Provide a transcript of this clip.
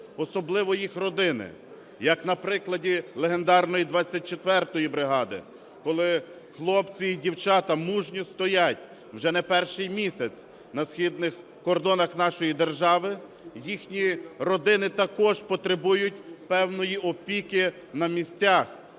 особливо їх родини. Як на прикладі легендарної 24-ї бригади, коли хлопці і дівчата мужньо стоять вже не перший місяць на східних кордонах нашої держави, їхні родини також потребують певної опіки на місцях,